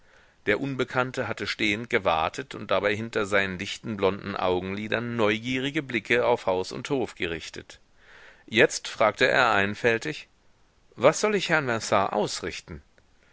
der unbekannte hatte stehend gewartet und dabei hinter seinen dichten blonden augenlidern neugierige blicke auf haus und hof gerichtet jetzt fragte er einfältig was soll ich herrn vinard ausrichten